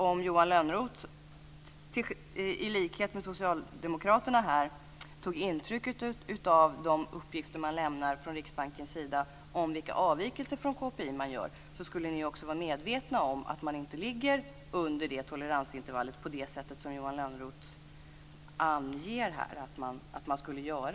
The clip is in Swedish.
Om Johan Lönnroth och socialdemokraterna här tog intryck av Riksbankens uppgifter om vilka avvikelser från KPI man gör, så skulle ni vara medvetna om att man inte ligger under toleransintervallet på det sätt som Johan Lönnroth uppger att man gör.